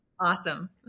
Awesome